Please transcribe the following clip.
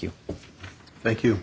you thank you